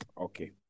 Okay